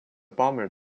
bummer